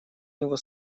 него